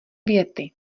věty